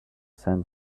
sand